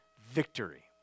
victory